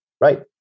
Right